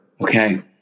Okay